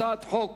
הצעת חוק